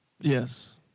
yes